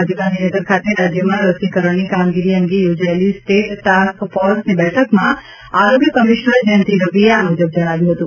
આજે ગાંધીનગર ખાતે રાજ્યમાં રસીકરણની કામગીરી અંગે યોજાયેલી સ્ટેટ ટાસ્ક ફોર્સની બેઠકમાં આરોગ્ય કમિશનર જયંતિ રવિએ આ મુજબ જણાવ્યું હતું